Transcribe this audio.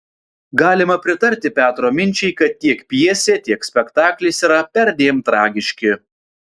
galima pritarti petro minčiai kad tiek pjesė tiek spektaklis yra perdėm tragiški